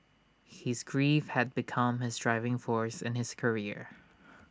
his grief had become his driving force in his career